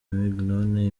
mignonne